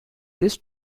this